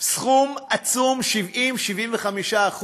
סכום עצום, 70% 75%